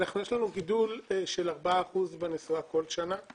יש לנו גידול של ארבעה אחוזים בנסועה כל שנה.